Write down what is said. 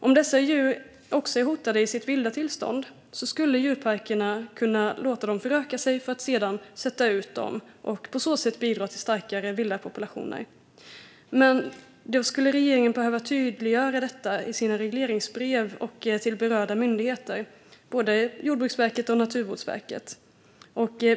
Om dessa djur också är hotade i sitt vilda tillstånd skulle djurparkerna kunna låta dem föröka sig för att sedan sätta ut dem och på så sätt bidra till starkare vilda populationer. Men då skulle regeringen behöva tydliggöra detta i sina regleringsbrev till berörda myndigheter, både Jordbruksverket och Naturvårdsverket.